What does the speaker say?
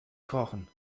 kochen